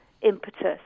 impetus